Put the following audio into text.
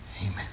Amen